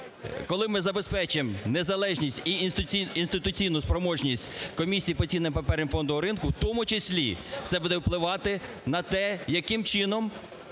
коли ми забезпечимо незалежність і інституційну спроможність Комісії по цінним паперам і фондовому ринку, в тому числі це буде впливати на те, яким чином